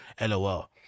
LOL